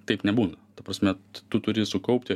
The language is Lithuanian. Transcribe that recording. taip nebūna ta prasme tu turi sukaupti